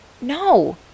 No